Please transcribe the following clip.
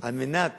על מנת